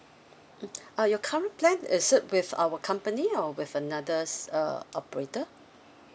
mm uh your current plan is it with our company or with another uh operator